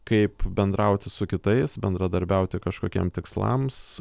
kaip bendrauti su kitais bendradarbiauti kažkokiem tikslams